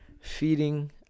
feeding